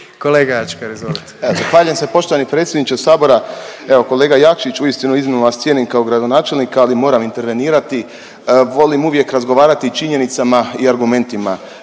kolega Jakšić uistinu vas iznimno cijenim kao gradonačelnika, ali moram intervenirati. Volim uvijek razgovarati činjenicama i argumentima